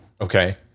okay